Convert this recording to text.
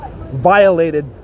violated